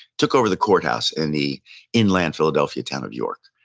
took over the courthouse in the inland philadelphia town of york.